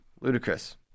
ludicrous